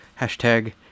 hashtag